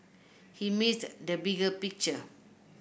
he missed the bigger picture